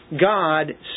God